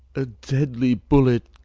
a deadly bullet,